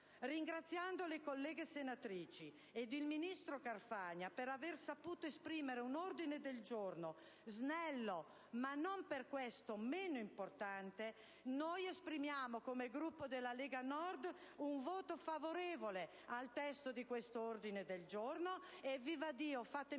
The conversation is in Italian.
Ringraziando le colleghe senatrici ed il ministro Carfagna per aver saputo esprimere un ordine del giorno snello, ma non per questo meno importante, esprimiamo, come Gruppo della Lega Nord, un voto favorevole al testo di quest'ordine del giorno e, proprio nella